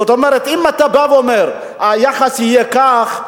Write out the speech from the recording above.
זאת אומרת, אם אתה בא ואומר: היחס יהיה כך,